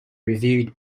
reviewed